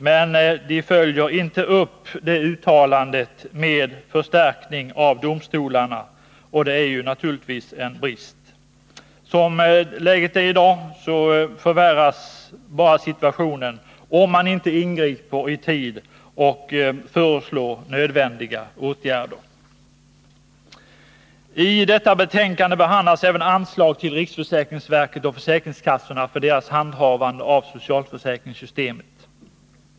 Men man följer inte upp det uttalandet med någon förstärkning av domstolarna, och det är naturligtvis en brist. Som läget är i dag bara förvärras situationen om man inte ingriper i tid och föreslår nödvändiga åtgärder. I detta betänkande behandlas även anslag till riksförsäkringsverket och försäkringskassorna för deras handhavande av socialförsäkringssystemet.